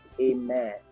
amen